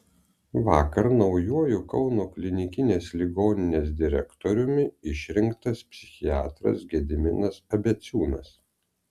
vakar naujuoju kauno klinikinės ligoninės direktoriumi išrinktas psichiatras gediminas abeciūnas